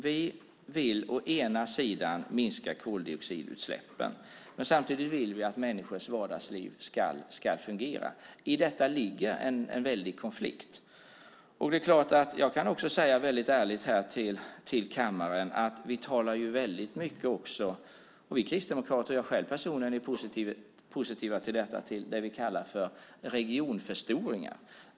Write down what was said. Vi vill minska koldioxidutsläppen, men samtidigt vill vi att människors vardagsliv ska fungera. I detta ligger en väldig konflikt. Jag kan vara väldigt ärlig här i kammaren. Vi talar väldigt mycket om det vi kallar för regionförstoringar - och vi kristdemokrater och jag personligen är positiva till detta.